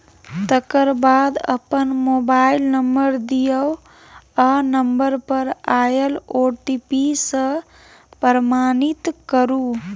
तकर बाद अपन मोबाइल नंबर दियौ आ नंबर पर आएल ओ.टी.पी सँ प्रमाणित करु